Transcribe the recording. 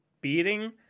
beating